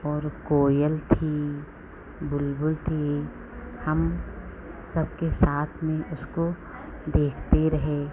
और कोयल थी बुलबुल थी हम सबके साथ में उसको देखते रहे